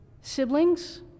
siblings